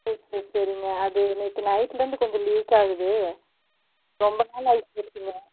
சரி சரி சரிங்க அது நேற்று நைட்டில் இருந்து கொஞ்சம் லீக் ஆகுது ரொம்ப நாள் ஆயிட்டுருக்குங்க